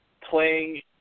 playing